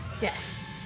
Yes